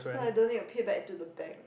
so I don't need to pay back to the bank